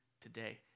today